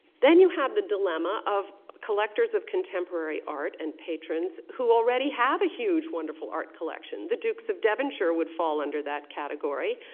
then you have the dilemma of collectors of contemporary art and patrons who already have a huge, wonderful art collection. the dukes of devonshire would fall under that category.